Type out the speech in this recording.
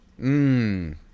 Mmm